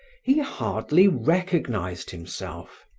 he hardly recognized himself.